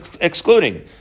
excluding